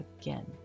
again